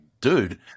dude